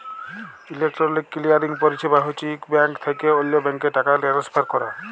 electronic clearing পরিছেবা হছে ইক ব্যাংক থ্যাইকে অল্য ব্যাংকে টাকা টেলেসফার ক্যরা